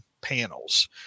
panels